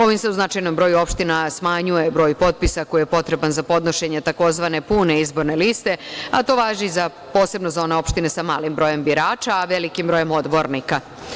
Ovim se u značajnom broju opština smanjuje broj potpisa koji je potreban za podnošenje tzv. pune izborne liste, a to važi posebno za one opštine sa malim brojem birača, a velikim brojem odbornika.